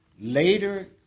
later